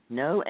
no